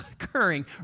occurring